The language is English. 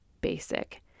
basic